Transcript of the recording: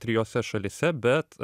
trijose šalyse bet